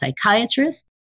psychiatrist